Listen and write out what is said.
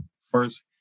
first